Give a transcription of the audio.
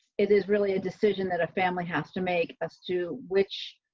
it is really a decision that a family has to make a stew, which.